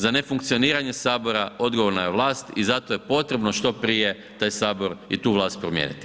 Za nefunkcioniranje Sabora odgovorna je vlast i zato je potrebno što prije taj Sabor i tu vlast promijeniti.